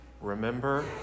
remember